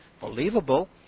believable